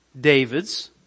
David's